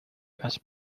las